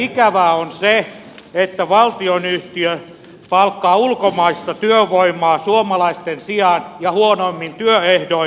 ikävää on se että valtionyhtiö palkkaa ulkomaista työvoimaa suomalaisten sijaan ja huonommin työehdoin